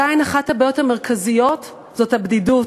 עדיין אחת הבעיות המרכזיות זאת הבדידות,